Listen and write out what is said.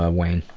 ah wayne.